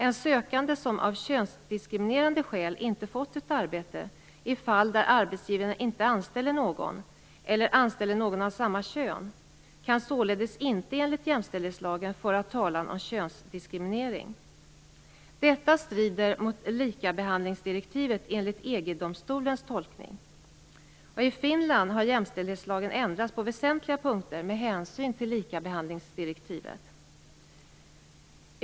En sökande som av könsdiskriminerande skäl inte har fått ett arbete i fall där arbetsgivaren inte anställer någon eller anställer någon av samma kön kan således inte enligt jämställdhetslagen föra talan om könsdiskriminering. Detta strider mot likabehandlingsdirektivet enligt EG domstolens tolkning. I Finland har jämställdhetslagen ändrats på väsentliga punkter med hänsyn till likabehandlingsdirektivet.